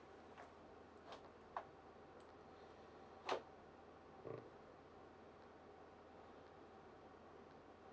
mm